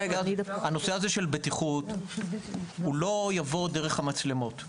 הנושא הזה של בטיחות לא יבוא דרך המצלמות,